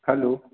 hello